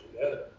together